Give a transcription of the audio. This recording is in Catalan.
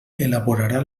elaborarà